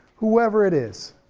whoever it is,